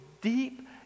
deep